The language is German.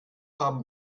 haben